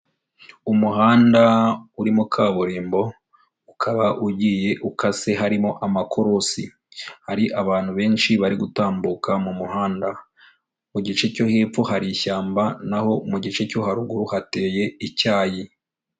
Umuhanda urimo kaburimbo, ukaba ugiye ukase harimo amakorosi. Hari abantu benshi bari gutambuka mu muhanda. Mu gice cyo hepfo hari ishyamba, naho mu gice cyo haruguru hateye icyayi.